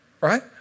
right